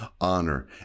honor